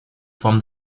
from